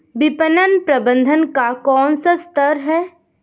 विपणन प्रबंधन का कौन सा स्तर है?